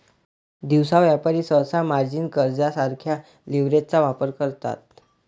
दिवसा व्यापारी सहसा मार्जिन कर्जासारख्या लीव्हरेजचा वापर करतात